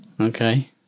Okay